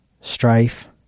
strife